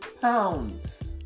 pounds